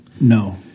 No